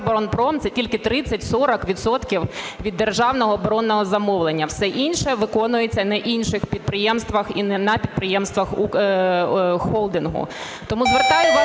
"Укроборонпром" – це тільки 30-40 відсотків від державного оборонного замовлення. Все інше виконується на інших підприємствах і не на підприємствах холдингу. Тому звертаю вашу